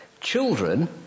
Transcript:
Children